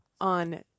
on